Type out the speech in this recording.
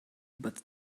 but